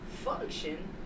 function